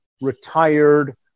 retired